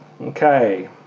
Okay